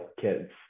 kids